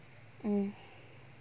mm